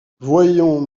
voyons